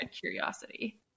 curiosity